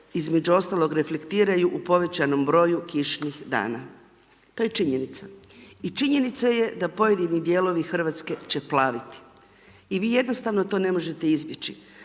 između ostalog reflektiraju u povećanom broju kišnih dana, to je činjenica. I činjenica je da pojedini dijelovi Hrvatske će plaviti i vi jednostavno to ne možete izbjeći.